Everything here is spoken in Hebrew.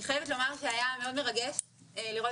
אני חייבת לומר שהיה מאוד מרגש לראות